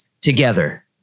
together